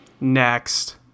Next